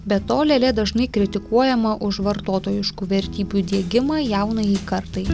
be to lėlė dažnai kritikuojama už vartotojiškų vertybių diegimą jaunajai kartai